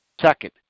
Second